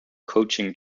coaching